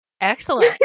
Excellent